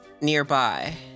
nearby